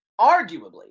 Arguably